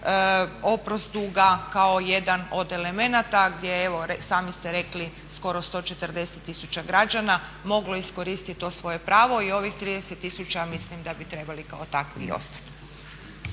oprost duga kao jedan element gdje je evo sami ste rekli skoro 140 000 građana moglo iskoristit to svoje pravo i ovih 30 000 mislim da bi trebali kao takvi i ostati.